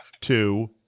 two